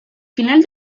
final